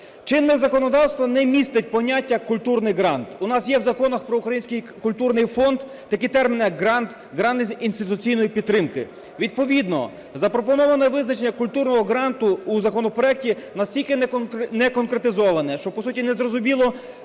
Чинне законодавство не містить поняття "культурний грант". У нас є в Законі "Про Український культурний фонд" такі терміни як "грант", "грант інституційної підтримки". Відповідно запропоноване визначення "культурного гранту" у законопроекті настільки не конкретизовано, що по суті незрозуміло,